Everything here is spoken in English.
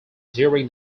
during